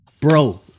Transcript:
Bro